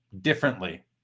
differently